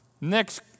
next